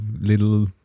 little